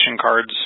cards